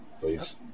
please